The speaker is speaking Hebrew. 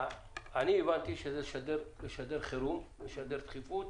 אני הבנתי שזה לשדר חירום, לשדר דחיפות,